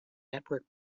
network